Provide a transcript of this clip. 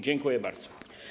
Dziękuję bardzo.